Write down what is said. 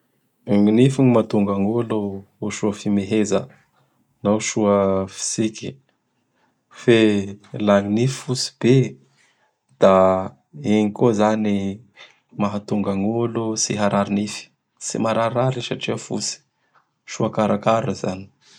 Gn ny nify gny mahatonga gny olo ho soa fimeheza na ho soa fitsiky. Fe la gn nify fotsy be; da igny koa zany mahatonga gn' olo tsy harary nify. Tsy mararirary i satria fotsy. Soa karakara zany.